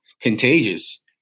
contagious